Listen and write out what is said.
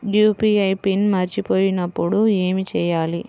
UPI pin మరచిపోయినప్పుడు ఏమి చేయాలి?